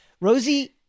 Rosie